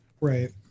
Right